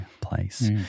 Place